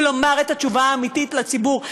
ולומר את התשובה האמיתית לציבור.